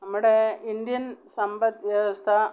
നമ്മുടെ ഇന്ത്യൻ സമ്പത്ത് വ്യവസ്ഥ